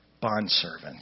bondservant